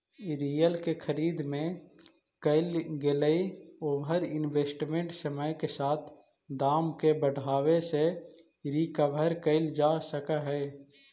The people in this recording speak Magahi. रियल के खरीद में कईल गेलई ओवर इन्वेस्टमेंट समय के साथ दाम के बढ़ावे से रिकवर कईल जा सकऽ हई